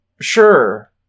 Sure